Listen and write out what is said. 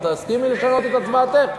את תסכימי לשנות את הצבעתך?